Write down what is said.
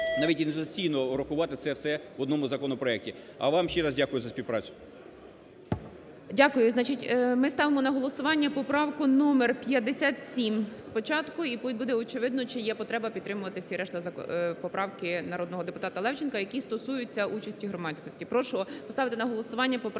навіть …………. врахувати це все в одному законопроекті. А вам ще раз дякую за співпрацю.